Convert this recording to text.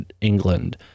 England